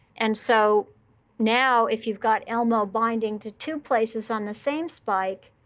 and so now, if you've got elmo binding to two places on the same spike,